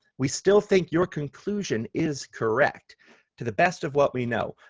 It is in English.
we still think your conclusion is correct to the best of what we know,